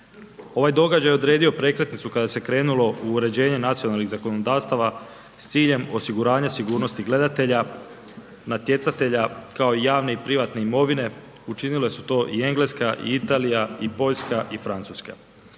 Ovaj događaj odredio je prekretnicu kada se krenulo u uređenje nacionalnih zakonodavstava s ciljem osiguranja sigurnosti gledatelja, natjecatelja kao i javne i privatne imovine učinile su to i Engleska, i Italija, i Poljska, i Francuska.